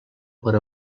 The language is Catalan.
per